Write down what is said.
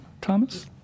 Thomas